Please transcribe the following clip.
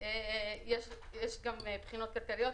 יש גם בחינות כלכליות,